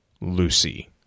Lucy